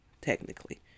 technically